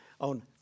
on